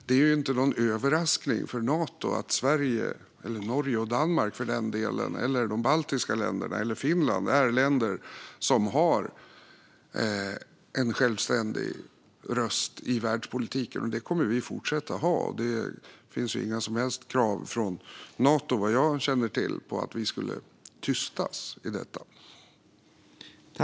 Det är inte någon överraskning för Nato att Sverige, Norge, Danmark eller för den delen de baltiska länderna eller Finland är länder som har en självständig röst i världspolitiken. Det kommer vi att fortsätta att ha. Vad jag känner till finns det inga som helst krav från Nato om att vi skulle tystas i detta.